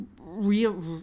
real